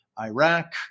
Iraq